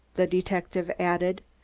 the detective added.